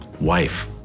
wife